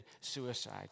suicide